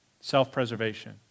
self-preservation